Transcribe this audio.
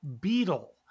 beetle